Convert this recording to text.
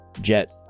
Jet